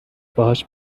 باهاش